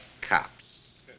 cops